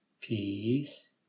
peace